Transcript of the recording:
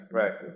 right